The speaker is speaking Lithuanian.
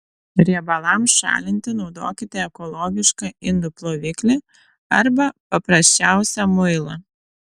riebalams šalinti naudokite ekologišką indų ploviklį arba paprasčiausią muilą